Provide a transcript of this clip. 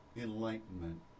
enlightenment